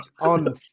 on